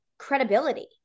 Credibility